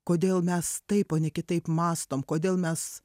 kodėl mes taip o ne kitaip mąstom kodėl mes